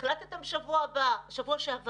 החלטתם שבוע שעבר,